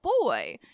boy